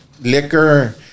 liquor